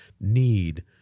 need